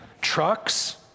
trucks